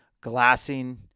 glassing